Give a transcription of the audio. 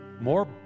more